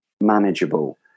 manageable